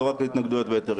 לא רק על התנגדויות והיתרים.